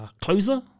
closer